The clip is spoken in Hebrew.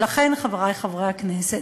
חברי חברי הכנסת,